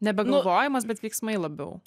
nebe galvojimas bet veiksmai labiau